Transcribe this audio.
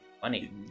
funny